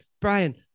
brian